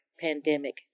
pandemic